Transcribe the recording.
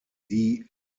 die